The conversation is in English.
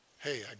Hey